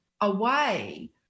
away